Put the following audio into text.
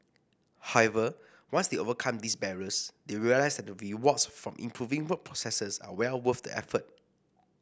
however once they overcome these barriers they realise that the rewards from improving work processes are well worth the effort